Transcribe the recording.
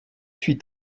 suis